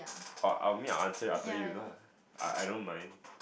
oh I mean answer after you lah I don't mind